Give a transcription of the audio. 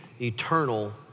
eternal